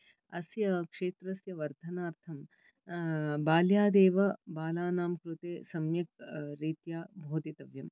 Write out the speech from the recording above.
अस्य क्षेत्रस्य वर्धनार्थं बाल्यादेव बालानां कृते सम्यक् रीत्या बोधितव्यम्